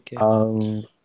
Okay